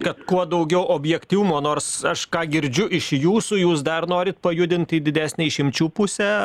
kad kuo daugiau objektyvumo nors aš ką girdžiu iš jūsų jūs dar norit pajudint į didesnę išimčių pusę